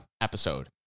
episode